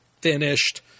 finished